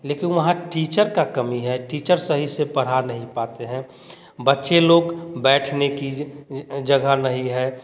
लेकिन वहाँ टीचर का कमी है टीचर सही से पढ़ा नहीं पाते हैं बच्चे लोग बैठने की जगह नहीं है